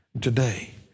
today